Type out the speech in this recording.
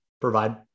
provide